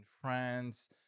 France